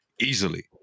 easily